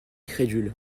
crédule